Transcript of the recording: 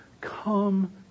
come